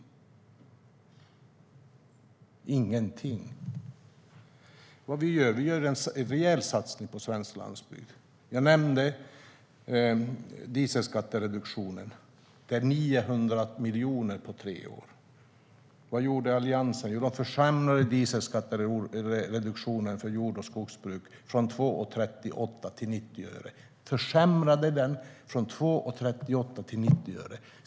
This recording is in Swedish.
Landsbygden fick ingenting. Vi gör en rejäl satsning på svensk landsbygd. Jag nämnde dieselskattereduktionen. Det är 900 miljoner på tre år. Vad gjorde Alliansen? Jo, man försämrade dieselskattereduktionen för jord och skogsbruk från 2,38 till 90 öre.